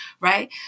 right